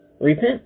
Repent